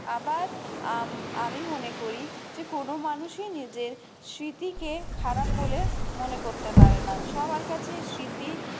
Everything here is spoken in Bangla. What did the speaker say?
আবার আমি মনে করি যে কোন মানুষই নিজের স্মৃতিকে খারাপ বলে মনে করতে পারে না সবার কাছেই স্মৃতি